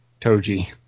Toji